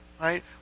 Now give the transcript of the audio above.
Right